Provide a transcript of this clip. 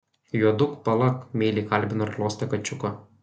juoduk palak meiliai kalbino ir glostė kačiuką